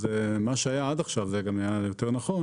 מה שהיה עד עכשיו - זה גם היה יותר נכון